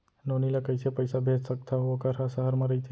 नोनी ल कइसे पइसा भेज सकथव वोकर ह सहर म रइथे?